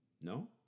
no